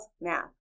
math